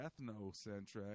ethnocentric